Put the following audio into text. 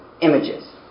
images